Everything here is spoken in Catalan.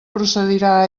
procedirà